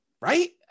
right